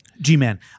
G-Man